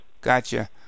Gotcha